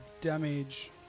damage